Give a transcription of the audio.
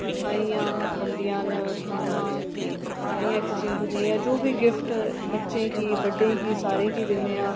मिठाइयां बनदियां न खाना मिठाइयां एक्सचेंज होंदियां जां जो बी गिफ्ट बच्चें गी बड्डें गी सारें गी दिन्नेआं